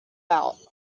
out